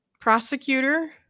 prosecutor